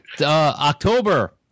October